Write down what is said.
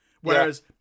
Whereas